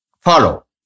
follow